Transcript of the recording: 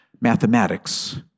mathematics